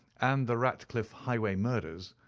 and the ratcliff highway murders,